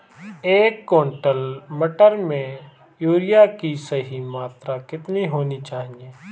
एक क्विंटल मटर में यूरिया की सही मात्रा कितनी होनी चाहिए?